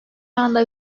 anda